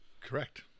Correct